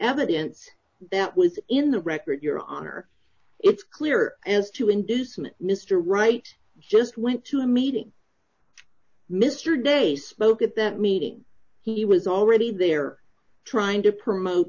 evidence that was in the record your honor it's clear as to inducement mr wright just went to a meeting mr de spoke at that meeting he was already there trying to promote